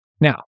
Now